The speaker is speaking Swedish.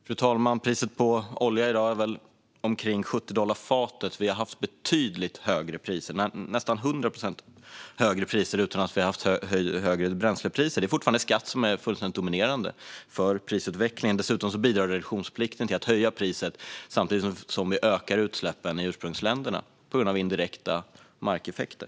Fru talman! Priset på olja i dag är väl omkring 70 dollar fatet. Vi har haft betydligt högre priser - nästan 100 procent högre priser - utan att vi har haft högre bränslepriser. Det är fortfarande skatt som är fullständigt dominerande för prisutvecklingen. Dessutom bidrar reduktionsplikten till att höja priset samtidigt som vi ökar utsläppen i ursprungsländerna på grund av indirekta markeffekter.